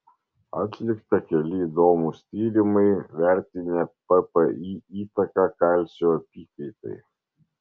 atlikta keli įdomūs tyrimai vertinę ppi įtaką kalcio apykaitai